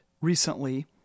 recently